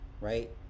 right